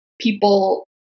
people